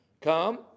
come